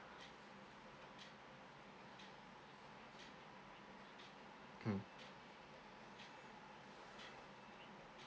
mm